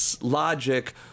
logic